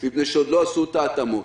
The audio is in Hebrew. מפני שעוד לא עשו את ההתאמות.